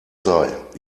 sei